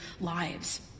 lives